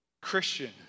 Christian